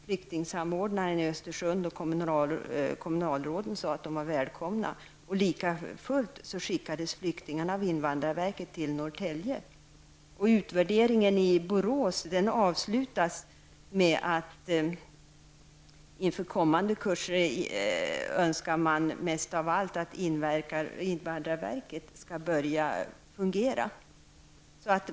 Flyktingssamordnaren i Östersund och kommunalråden sade att flyktingarna var välkomna. Lika fullt skickades flyktingarna av invandrarverket till Norrtälje. Utvärderingen från kursen i Borås avslutas med att man inför kommande kurser mest av allt önskar att invandrarverket skall börja fungera.